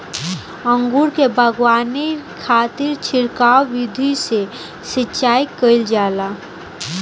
अंगूर के बगावानी खातिर छिड़काव विधि से सिंचाई कईल जाला